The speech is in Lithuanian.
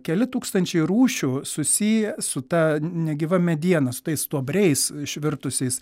keli tūkstančiai rūšių susiję su ta negyva mediena su tais stuobriais išvirtusiais